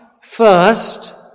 first